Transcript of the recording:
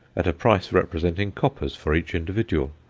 at a price representing coppers for each individual,